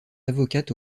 avocate